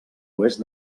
oest